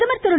பிரதமர் திரு